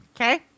Okay